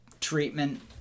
treatment